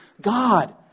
God